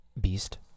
beast